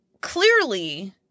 Clearly